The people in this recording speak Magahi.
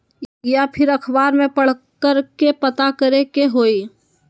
या फिर अखबार में पढ़कर के पता करे के होई?